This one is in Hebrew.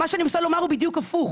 מה שאני מנסה לומר הוא בדיוק הפוך.